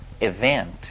event